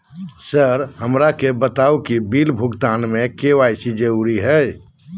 Sir हमरा के बताओ कि बिल भुगतान में के.वाई.सी जरूरी हाई?